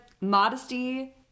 modesty